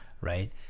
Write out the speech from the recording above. right